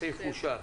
הסעיף אושר.